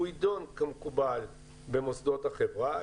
הוא יידון כמקובל במוסדות החברה.